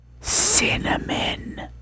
cinnamon